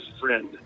friend